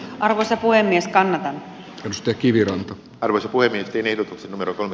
arvoisa puhemies kanada pystykiviranta olisi kuitenkin eduksi numero kolme